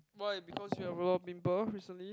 why because you have a lot of pimple recently